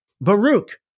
Baruch